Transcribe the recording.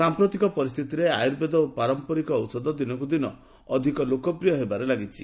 ସାଂପ୍ରତିକ ପରିସ୍ଥିତିରେ ଆୟୁର୍ବେଦ ଓ ପାରମ୍ପରିକ ଔଷଧ ଦିନକୁ ଦିନ ଅଧିକ ଲୋକପ୍ରିୟ ହେବାରେ ଲାଗିଛି